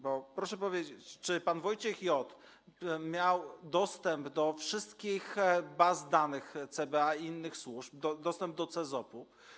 Bo proszę powiedzieć, czy pan Wojciech J. miał dostęp do wszystkich baz danych CBA i innych służb, dostęp do CEZOP-u.